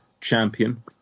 champion